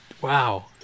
Wow